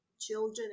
children